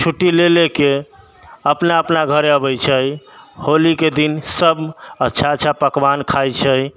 छुट्टी लऽ लऽ कऽ अपना अपना घरे अबै छै होलीके दिन सब अच्छा अच्छा पकवान खाइ छै